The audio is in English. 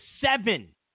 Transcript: seven